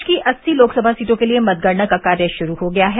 प्रदेश की अस्सी लोकसभा सीटो के लिए मतगणना का कार्य शुरू हो गया है